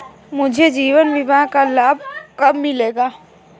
मुझे जीवन बीमा का लाभ कब मिलेगा?